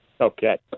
Okay